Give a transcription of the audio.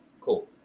cool